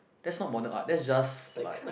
that's not modern art that is just like